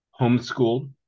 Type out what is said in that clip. homeschooled